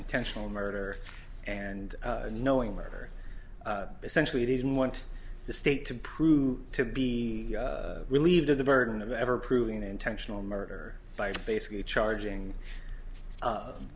intentional murder and knowing murder essentially they didn't want the state to prove to be relieved of the burden of ever proving intentional murder by basically charging